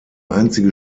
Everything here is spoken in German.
einzige